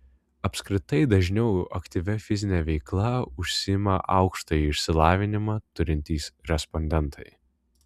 apskritai dažniau aktyvia fizine veikla užsiima aukštąjį išsilavinimą turintys respondentai